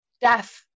death